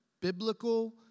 biblical